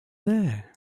there